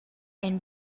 ein